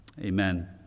Amen